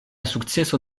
sukceso